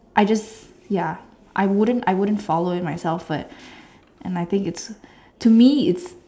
I just ya I wouldn't I wouldn't follow it myself but and I think it's to me it's